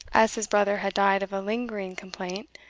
as his brother had died of a lingering complaint,